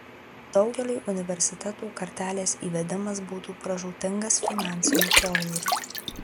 daugeliui universitetų kartelės įvedimas būtų pražūtingas finansiniu požiūriu